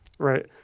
right